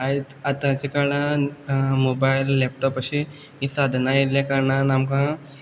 आयज आतांच्या काळांत मोबायल लेपटोप अशें ही साधनां आयल्लें कारणान आमकां